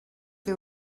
que